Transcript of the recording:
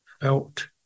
felt